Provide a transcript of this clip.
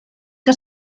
que